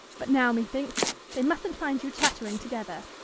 but now, methinks, they mustn't find you chattering together.